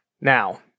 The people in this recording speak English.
Now